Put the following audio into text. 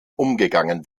umgegangen